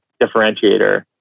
differentiator